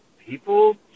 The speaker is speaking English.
people